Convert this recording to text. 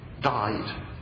died